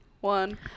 one